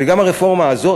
וגם הרפורמה הזאת,